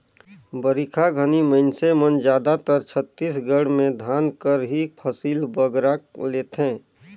बरिखा घनी मइनसे मन जादातर छत्तीसगढ़ में धान कर ही फसिल बगरा लेथें